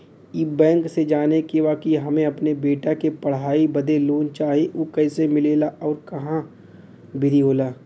ई बैंक से जाने के बा की हमे अपने बेटा के पढ़ाई बदे लोन चाही ऊ कैसे मिलेला और का विधि होला?